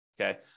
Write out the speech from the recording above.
Okay